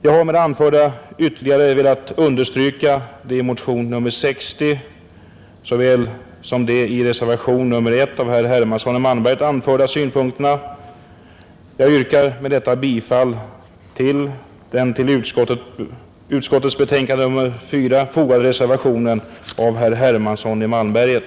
Jag har med det anförda ytterligare velat understryka såväl de i motionen 60 som de i reservationen 1 av herr Hermansson i Malmberget anförda synpunkterna. Jag yrkar med detta bifall till den vid utskottets betänkande nr 4 fogade reservationen av herr Hermansson i Malmberget.